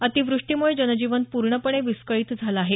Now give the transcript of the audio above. अतिवृष्टीम्रळे जनजीवन पूर्णपणे विस्कळित झालं आहे